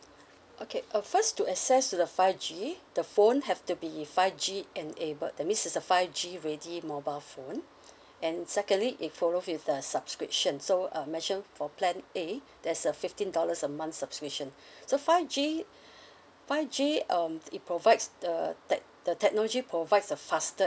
okay uh first to access to the five G the phone have to be five G enabled that means it's a five G ready mobile phone and secondly it follow with the subscription so uh mentioned for plan A there's a fifteen dollars a month subscription so five G five G um it provides the tec~ the technology provides a faster